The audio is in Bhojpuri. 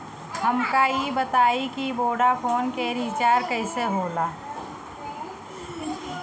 हमका ई बताई कि वोडाफोन के रिचार्ज कईसे होला?